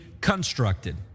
constructed